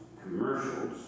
commercials